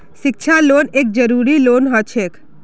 शिक्षा लोन एक जरूरी लोन हछेक